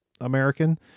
American